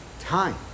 time